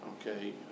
Okay